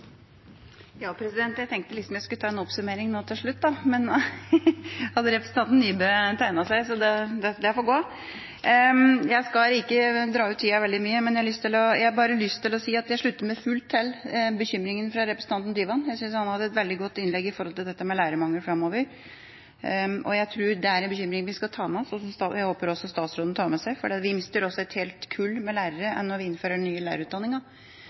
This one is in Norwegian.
får gå! Jeg skal ikke dra ut tida veldig mye, men jeg har bare lyst til å si at jeg slutter meg fullt til bekymringen fra representanten Tyvand. Jeg synes han hadde et veldig godt innlegg om lærermangelen framover. Jeg tror det er en bekymring vi skal ta med oss, og som jeg håper også statsråden tar med seg, for vi mister et helt kull med lærere når vi innfører den nye lærerutdanninga.